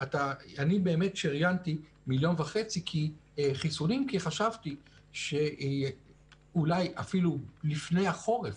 אני באמת שריינתי מיליון וחצי חיסונים כי חשבתי שאולי אפילו לפני החורף,